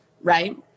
Right